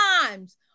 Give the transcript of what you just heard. times